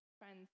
friends